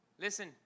Listen